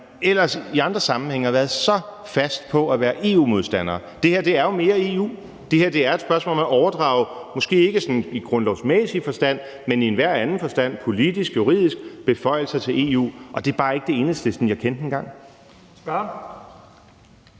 ellers i andre sammenhænge har været så fast på at være EU-modstandere. Det her er jo mere EU. Det her er et spørgsmål om at overdrage beføjelser, måske ikke sådan i grundlovsmæssige forstand, men i enhver anden forstand – politisk, juridisk – til EU. Og det er bare ikke det Enhedslisten, jeg kendte engang.